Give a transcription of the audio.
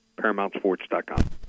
ParamountSports.com